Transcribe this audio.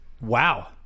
Wow